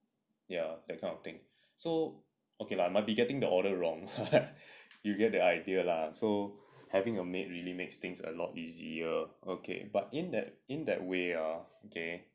ya that kind of thing so okay lah might be getting the order wrong you get the idea lah so having a maid really makes things a lot easier okay but in that in that way ah okay